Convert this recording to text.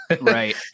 right